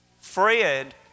Fred